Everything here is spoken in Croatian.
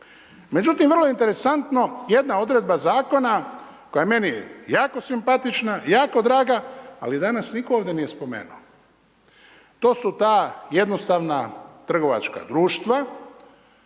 Međutim, vrlo interesantno, jedna odredba zakona koja je meni jako simpatična, jako draga ali danas je ovdje nitko nije spomenuo. To su ta jednostavna trgovačka društva